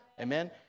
Amen